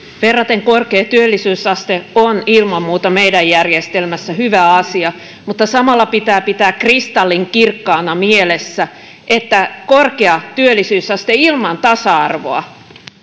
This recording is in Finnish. verraten korkea työllisyysaste on ilman muuta meidän järjestelmässämme hyvä asia mutta samalla pitää pitää kristallinkirkkaana mielessä että korkea työllisyysaste ilman tasa arvoa